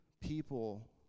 people